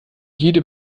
jede